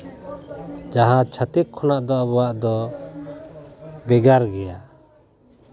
ᱡᱟᱦᱟᱸ ᱪᱷᱟᱹᱛᱤᱠ ᱠᱷᱚᱱᱟᱜ ᱫᱚ ᱟᱵᱚᱣᱟᱜ ᱫᱚ ᱵᱷᱮᱜᱟᱨ ᱜᱮᱭᱟ